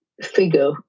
figure